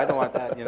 i don't want that.